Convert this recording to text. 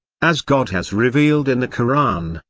as god has revealed in the koran,